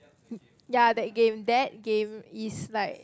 ya that game that game is like